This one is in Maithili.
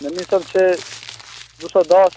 नैनीसब छै दुइ सओ दस